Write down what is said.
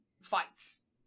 fights